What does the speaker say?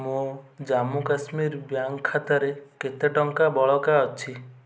ମୋ ଜାମ୍ମୁ କାଶ୍ମୀର ବ୍ୟାଙ୍କ୍ ଖାତାରେ କେତେ ଟଙ୍କା ବଳକା ଅଛି